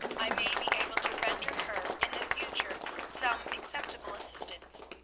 i may be able to render her in the future some acceptable assistance.